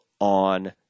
on